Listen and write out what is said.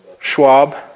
Schwab